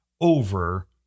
over